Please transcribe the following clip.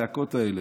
הצעקות האלה.